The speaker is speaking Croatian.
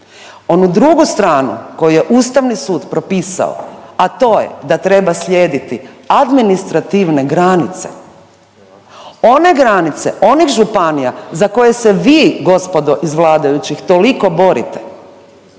Onu drugu stranu koju je Ustavni sud propisao, a to je da treba slijediti administrativne granice, one granice onih županija za koje se vi gospodo iz vladajućih toliko borite.